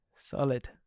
Solid